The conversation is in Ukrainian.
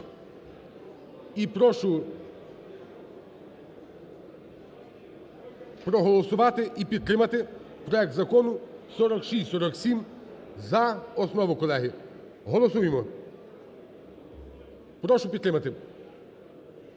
і прошу проголосувати, і підтримати проект Закону 4647 за основу, колеги. Голосуємо, прошу підтримати.